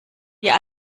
wir